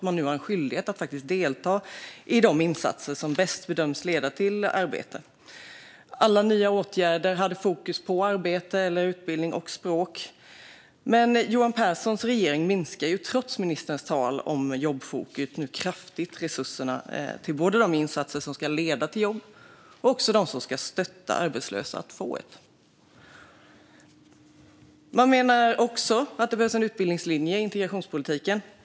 Man hade en skyldighet att delta i de insatser som bäst bedömdes leda till arbete. Alla nya åtgärder hade fokus på arbete eller utbildning och språk. Men Johan Pehrsons regering minskar nu - trots ministerns tal om jobbfokus - kraftigt resurserna till både de insatser som ska leda till jobb och de insatser som ska stötta arbetslösa att få ett. Man menar också att det behövs en utbildningslinje i integrationspolitiken.